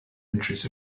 entries